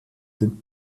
dem